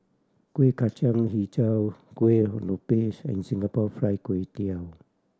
Kueh Kacang Hijau Kuih Lopes and Singapore Fried Kway Tiao